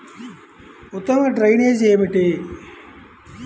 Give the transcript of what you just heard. ఉత్తమ డ్రైనేజ్ ఏమిటి?